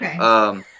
Okay